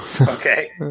Okay